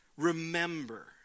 remember